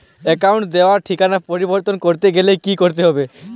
অ্যাকাউন্টে দেওয়া ঠিকানা পরিবর্তন করতে গেলে কি করতে হবে?